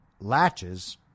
latches